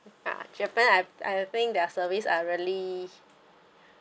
ah japan I I think their service are really